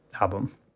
album